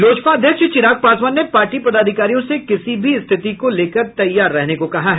लोजपा अध्यक्ष चिराग पासवान ने पार्टी पदाधिकारियों से किसी भी स्थिति को लेकर तैयार रहने को कहा है